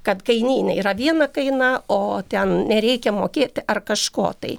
kad kainyne yra viena kaina o ten nereikia mokėti ar kažko tai